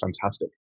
fantastic